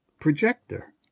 projector